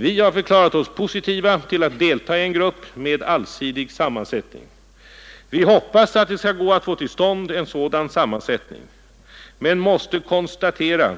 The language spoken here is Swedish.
Vi har förklarat oss positiva till att delta i en grupp med allsidig sammansättning. Vi hoppas att det skall gå att få till stånd en sådan sammansättning men måste konstatera